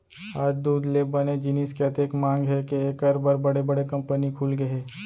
आज दूद ले बने जिनिस के अतेक मांग हे के एकर बर बड़े बड़े कंपनी खुलगे हे